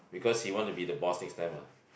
because he want to be the boss next time what